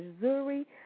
Missouri